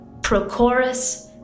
Prochorus